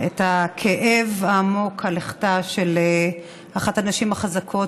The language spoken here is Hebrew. את הכאב העמוק על לכתה של אחת הנשים החזקות,